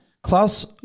Klaus